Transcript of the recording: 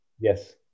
Yes